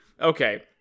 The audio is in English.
Okay